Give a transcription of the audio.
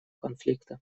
конфликта